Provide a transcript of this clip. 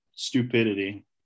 stupidity